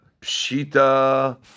Pshita